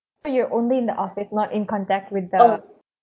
so you're only in the office not in contact with the